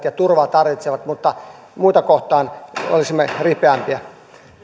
ja turvaa tarvitsevat mutta muita kohtaan olisimme ripeämpiä